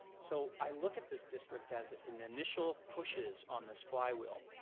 so i look at this district as an initial pushes on this fly wheel.